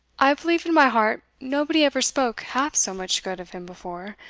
i believe in my heart nobody ever spoke half so much good of him before,